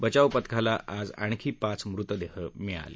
बचावपथकाला आज आणखी पाच मृतदेह मिळाले